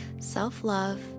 self-love